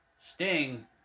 Sting